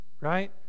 Right